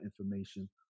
information